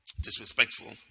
disrespectful